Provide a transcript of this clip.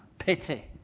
Pity